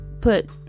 put